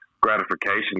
gratification